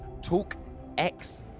TalkX